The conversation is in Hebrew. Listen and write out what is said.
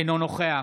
אינו נוכח